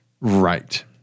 Right